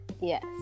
Yes